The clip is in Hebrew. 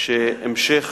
שהמשך